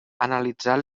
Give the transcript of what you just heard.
analitzar